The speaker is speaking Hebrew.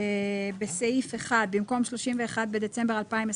בסעיף 1 במקום "31 בדצמבר 2023"